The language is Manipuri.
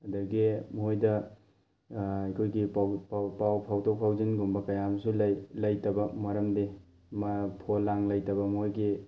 ꯑꯗꯒꯤ ꯃꯣꯏꯗ ꯑꯩꯈꯣꯏꯒꯤ ꯄꯥꯎ ꯐꯥꯎꯗꯣꯛ ꯐꯥꯎꯖꯤꯟꯒꯨꯝꯕ ꯀꯌꯥ ꯑꯃꯁꯨ ꯂꯩ ꯂꯩꯇꯕ ꯃꯔꯝꯗꯤ ꯐꯣꯟ ꯂꯥꯡ ꯂꯩꯇꯕ ꯃꯣꯏꯒꯤ